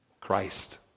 Christ